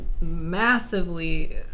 massively